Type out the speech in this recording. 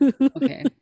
okay